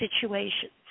situations